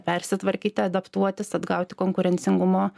persitvarkyti adaptuotis atgauti konkurencingumo